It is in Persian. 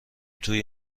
توی